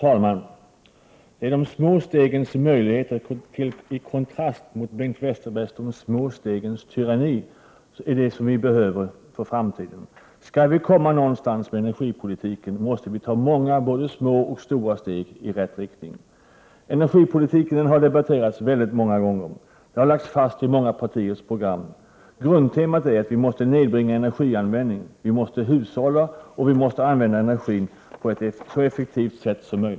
Herr talman! De små stegens möjligheter i kontrast mot Bengt Westerbergs småstegstyranni är vad vi behöver i framtiden. Skall vi komma någonstans med energipolitiken, måste vi ta många både små och stora steg i rätt riktning. Energipolitiken har debatterats många gånger, och den har lagts fast i många partiers program. Grundtemat är att vi måste nedbringa energianvändningen, vi måste hushålla och vi måste använda energin på ett så effektivt sätt som möjligt.